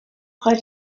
drei